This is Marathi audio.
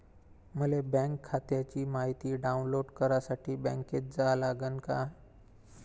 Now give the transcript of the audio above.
मले बँक खात्याची मायती डाऊनलोड करासाठी बँकेत जा लागन का?